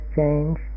change